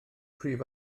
prif